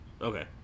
Okay